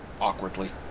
awkwardly